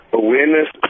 awareness